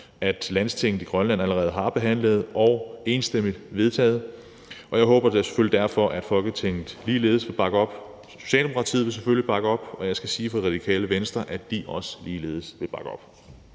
og Landstinget i Grønland har allerede behandlet og enstemmigt vedtaget det. Jeg håber da selvfølgelig derfor, at Folketinget ligeledes vil bakke op. Socialdemokratiet vil selvfølgelig bakke op, og jeg skal sige fra Radikale Venstre, at de også vil bakke op.